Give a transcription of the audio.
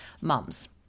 mums